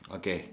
okay